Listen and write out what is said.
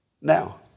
now